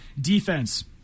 defense